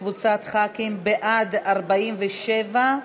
וקבוצת ח"כים: בעד, 47,